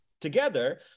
together